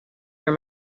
near